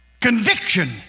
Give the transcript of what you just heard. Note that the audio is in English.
Conviction